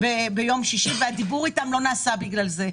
ביום שישי, אבל הדיבור איתן לא נעשה בגלל זה.